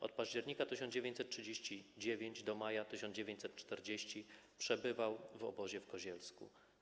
Od października 1939 r. do maja 1940 r. przebywał w obozie w Kozielsku.